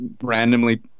randomly